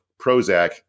Prozac